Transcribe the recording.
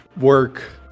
work